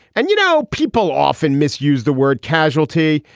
and, you know, people often misuse the word casualty.